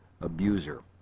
abuser